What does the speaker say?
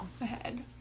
Ahead